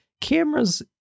cameras